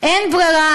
אין ברירה,